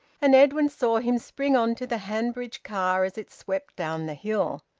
and edwin saw him spring on to the hanbridge car as it swept down the hill.